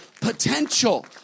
Potential